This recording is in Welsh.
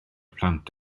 plant